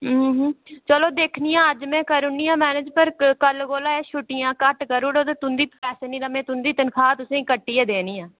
चलो दिक्खनियां अज्ज में करी ओड़नियां मैनेज पर कल कोला छुट्टियां घट्ट करी ओड़ो तुंदे पैसे नेईं ते में तुंदी तनखाह् में कट्टियै देनी